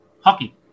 hockey